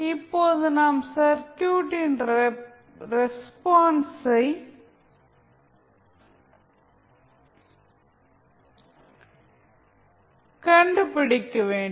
இப்போது நாம் சர்க்யூட்டின் circuit ரெஸ்பான்ஸை கண்டுபிடிக்க வேண்டும்